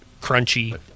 crunchy